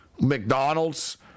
McDonald's